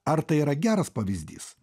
ar tai yra geras pavyzdys